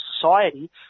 society